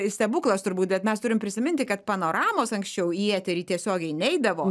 stebuklas turbūt bet mes turim prisiminti kad panoramos anksčiau į eterį tiesiogiai neidavo